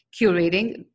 curating